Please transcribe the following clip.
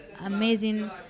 amazing